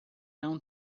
não